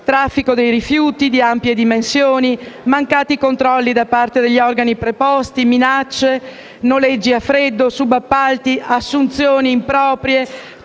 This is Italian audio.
Traffico di rifiuti di ampie dimensioni, mancati controlli da parte degli organi preposti, minacce, noleggi a freddo, subappalti, assunzioni improprie,